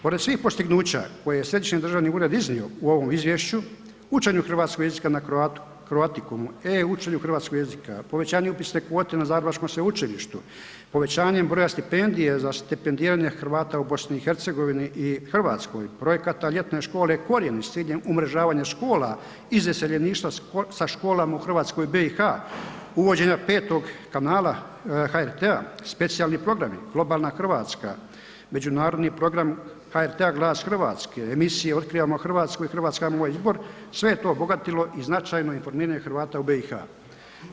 Pored svih postignuća koje je središnji državni ured iznio u ovom izvješću, učenje hrvatskog jezika na Croaticumu, e-učenju hrvatskog jezika, povećanju upisne kvote na zagrebačkog sveučilištu, povećanjem broja stipendija za stipendiranja Hrvata u BiH-u i Hrvatskoj, projekata ljetne škole ... umrežavanja škola iz iseljeništva sa školama u Hrvatskoj BiH-a, uvođenja 5. kanala HRT-a, specijalni programi, globalna Hrvatska, međunarodni program HRT-a „Glas Hrvatske“, emisije „Otkrivamo Hrvatsku“ i „Hrvatska moj izbor“, sve to je obogatilo i značajno i informiranje Hrvata u BiH-u.